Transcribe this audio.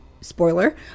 spoiler